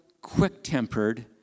quick-tempered